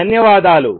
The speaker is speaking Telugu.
ధన్యవాదాలు